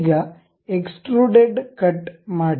ಈಗ extruded cut ಮಾಡಿ